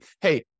hey